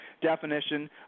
definition